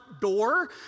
door